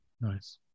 Nice